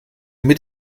mit